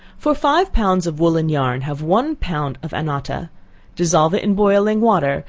for five pounds of woolen yarn, have one pound of annotta dissolve it in boiling water,